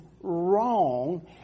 wrong